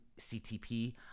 CTP